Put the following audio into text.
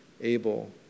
Abel